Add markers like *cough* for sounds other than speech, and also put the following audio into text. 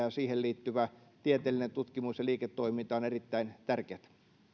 *unintelligible* ja siihen liittyvä tieteellinen tutkimus ja liiketoiminta ovat erittäin tärkeätä